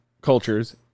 cultures